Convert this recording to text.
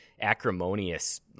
acrimonious